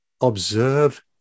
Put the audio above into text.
observe